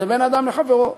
זה בין אדם לחברו.